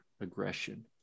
aggression